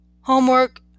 Homework